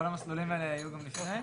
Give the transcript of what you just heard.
כל המסלולים האלה היו גם לפני?